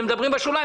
מדברים בשוליים.